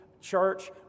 church